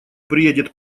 приедет